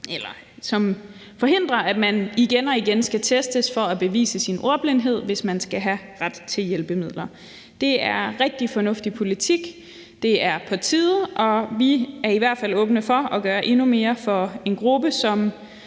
som forhindrer, at man igen og igen skal testes for at bevise sin ordblindhed, hvis man skal have ret til hjælpemidler. Det er rigtig fornuftig politik, det er på tide, og vi er i hvert fald åbne for at gøre endnu mere for en gruppe, som